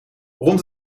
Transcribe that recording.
rond